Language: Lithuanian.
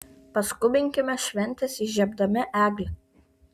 paskubinkime šventes įžiebdami eglę